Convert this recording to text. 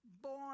Born